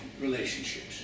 relationships